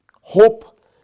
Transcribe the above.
Hope